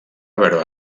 veure